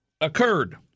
occurred